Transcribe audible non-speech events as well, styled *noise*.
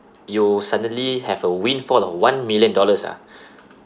you suddenly have a windfall of one million dollars ah *breath*